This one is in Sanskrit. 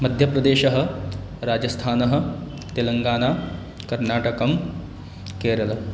मध्यप्रदेशः राजस्थानं तेलङ्गाणा कर्नाटकः केरलः